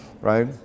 right